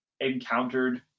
encountered